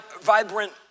vibrant